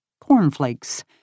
cornflakes